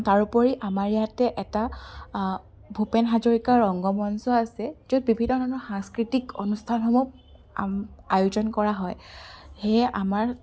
তাৰোপৰি আমাৰ ইয়াতে এটা ভূপেন হাজৰিকা ৰঙ্গমঞ্চ আছে য'ত বিভিন্ন ধৰণৰ সাংস্কৃতিক অনুষ্ঠান সমূহ আম আয়োজন কৰা হয় সেয়েহে আমাৰ